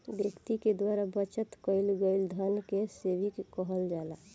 व्यक्ति के द्वारा बचत कईल गईल धन के सेविंग कहल जाला